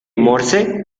morse